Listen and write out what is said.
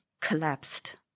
collapsed